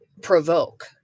provoke